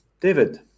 David